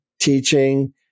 teaching